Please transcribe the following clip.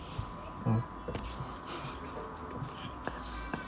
mm